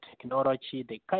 technology